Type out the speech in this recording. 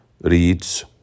reads